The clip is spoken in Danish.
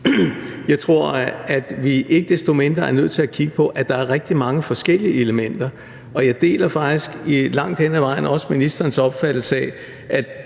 Jeg tror ikke desto mindre, at vi er nødt til at kigge på, at der er rigtig mange forskellige elementer, og jeg deler faktisk langt hen ad vejen også ministerens opfattelse af, at